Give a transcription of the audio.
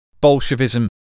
Bolshevism